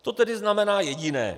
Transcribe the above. To tedy znamená jediné.